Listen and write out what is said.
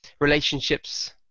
relationships